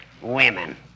Women